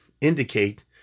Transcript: indicate